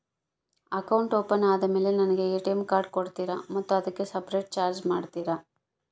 Account open ಆದಮೇಲೆ ನನಗೆ ATM card ಕೊಡ್ತೇರಾ ಮತ್ತು ಅದಕ್ಕೆ ಸಪರೇಟ್ ಚಾರ್ಜ್ ಮಾಡ್ತೇರಾ?